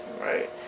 Right